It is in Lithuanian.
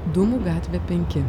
dūmų gatvė penki